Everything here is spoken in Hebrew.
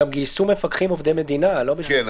גם גייסו מפקחים עובדי מדינה שיעזרו.